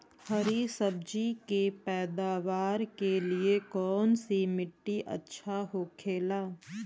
हरी सब्जी के पैदावार के लिए कौन सी मिट्टी अच्छा होखेला?